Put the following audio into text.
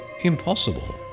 impossible